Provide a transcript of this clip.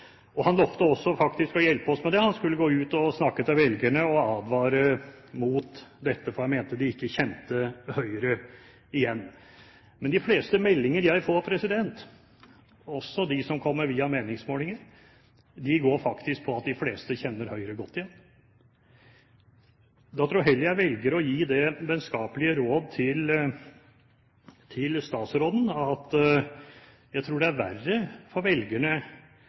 Og han lovte faktisk å hjelpe oss med det. Han skulle gå ut og snakke til velgerne og advare mot dette, for han mente de ikke kjente Høyre igjen. Men de fleste meldinger jeg får – også dem som kommer via meningsmålinger – går på at de fleste kjenner Høyre godt igjen. Jeg tror jeg heller velger å gi statsråden det vennskapelige råd at det ikke er så ille at opposisjonspartier blir enige. Jeg tror det er verre